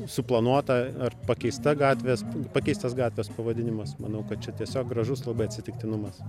suplanuota ar pakeista gatvės pakeistas gatvės pavadinimas manau kad čia tiesiog gražus labai atsitiktinumas